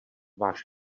váš